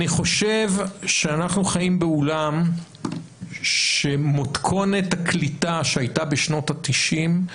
אני חושב שאנחנו חיים בעולם שמתכונת הקליטה שהייתה בשנות ה-90,